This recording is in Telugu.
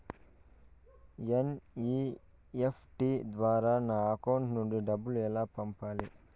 ఎన్.ఇ.ఎఫ్.టి ద్వారా నా అకౌంట్ నుండి డబ్బులు ఎలా పంపాలి